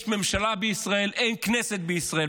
יש ממשלה בישראל, אין כנסת בישראל.